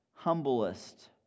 humblest